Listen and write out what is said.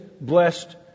blessed